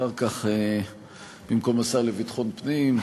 אחר כך במקום השר לביטחון פנים,